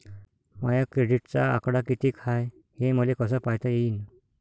माया क्रेडिटचा आकडा कितीक हाय हे मले कस पायता येईन?